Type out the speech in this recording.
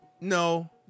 no